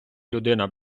людина